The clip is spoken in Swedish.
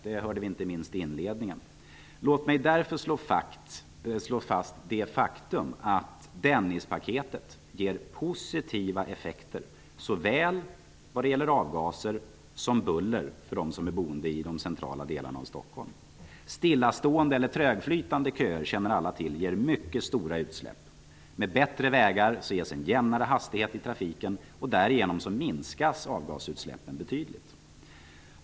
Det hörde vi inte minst i inledningen av denna debatt. Låt mig därför slå fast det faktum att Dennispaketet ger positiva effekter vad gäller såväl avgaser som buller för dem som är boende i de centrala delarna av Stockholm. Stillastående eller trögflytande köer ger mycket stora utsläpp. Det känner alla till. Med bättra vägar ges en jämnare hastighet i trafiken. Därigenom minskas avgasutsläppen betydligt.